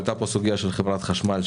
עלתה פה הסוגיה של חברת החשמל,